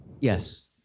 Yes